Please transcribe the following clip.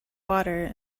water